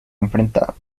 enfrentado